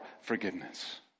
forgiveness